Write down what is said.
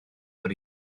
bryd